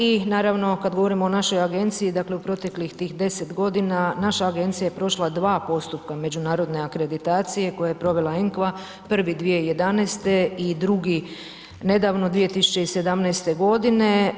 I naravno kad govorimo o našoj agenciji, dakle u proteklih tih 10 godina naša agencija je prošla 2 postupka međunarodne akreditacije koje je provela ENQA, prvi 2011. i drugi nedavno 2017. godine.